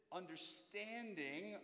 understanding